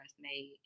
made